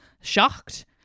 shocked